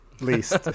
Least